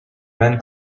men